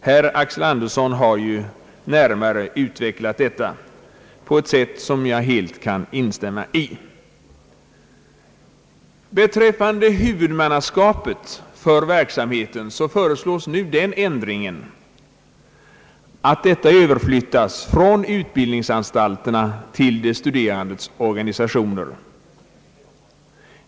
Herr Axel Andersson har ju närmare utvecklat detta på ett sätt som gör att jag helt kan instämma med honom. Beträffande huvudmannaskapet för verksamheten föreslås nu den ändringen att detta överflyttas från utbildningsanstalterna till de studerandes organisationer.